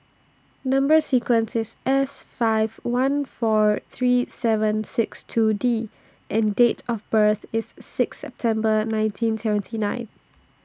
Number sequence IS S five one four three seven six two D and Date of birth IS six September nineteen seventy nine